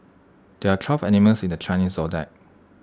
there are twelve animals in the Chinese Zodiac